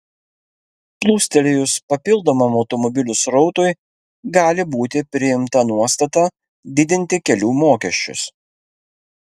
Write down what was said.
plūstelėjus papildomam automobilių srautui gali būti priimta nuostata didinti kelių mokesčius